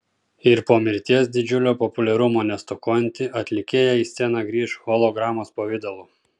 ir po mirties didžiulio populiarumo nestokojanti atlikėja į sceną grįš hologramos pavidalu